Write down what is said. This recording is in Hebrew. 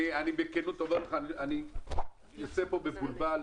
בכנות אני אומר לך שאני יושב כאן מבולבל.